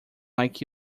like